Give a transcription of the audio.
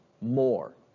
more